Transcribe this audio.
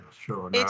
sure